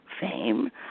fame